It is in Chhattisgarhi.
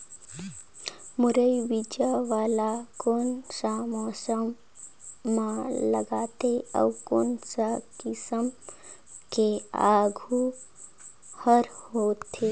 मुरई बीजा वाला कोन सा मौसम म लगथे अउ कोन सा किसम के आलू हर होथे?